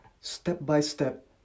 step-by-step